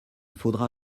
faudra